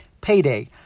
Payday